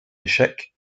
échec